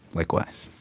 likewise